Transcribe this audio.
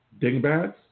dingbats